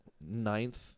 ninth